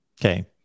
Okay